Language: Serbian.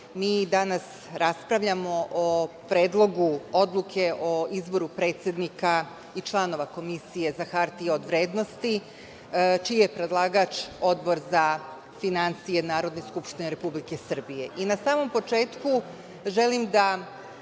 i danas raspravljamo o predlogu odluke o izboru predsednika i članova Komisije za hartije od vrednosti, čiji je predlagač Odbor za finansije Narodne skupštine Republike Srbije. Na samom početku želim da